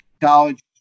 college